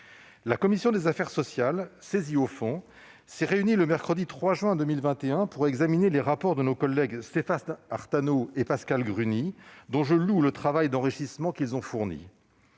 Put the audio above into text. La commission des affaires sociales, saisie au fond, s'est réunie le mercredi 23 juin 2021 pour examiner le rapport de nos collègues Stéphane Artano et Pascale Gruny- je loue le travail d'enrichissement qu'ils ont fourni.